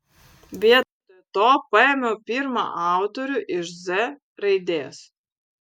vietoje to paėmiau pirmą autorių iš z raidės